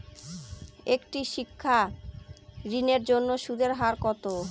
একটি শিক্ষা ঋণের জন্য সুদের হার কত?